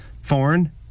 foreign